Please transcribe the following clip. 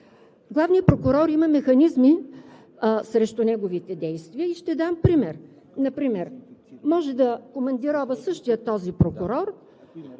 главният прокурор има механизми срещу неговите действия. Ще дам пример: може да командирова същия този прокурор,